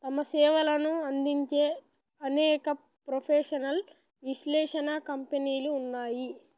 తమ సేవలను అందించే అనేక ప్రొఫెషనల్ విశ్లేషణా కంపెనీలు ఉన్నాయి